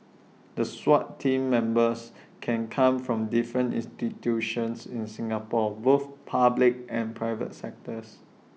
the 'Swat team' members can come from different institutions in Singapore both public and private sectors